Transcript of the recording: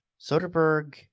Soderbergh